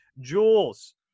jewels